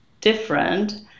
different